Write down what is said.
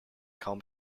kaum